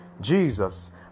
Jesus